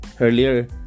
Earlier